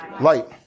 Light